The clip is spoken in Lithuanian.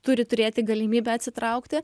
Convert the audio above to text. turi turėti galimybę atsitraukti